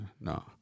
No